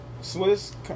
Swiss